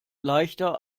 leichter